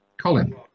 Colin